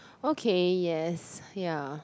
okay yes ya